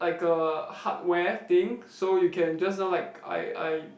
like a hardware thing so you can just now like I I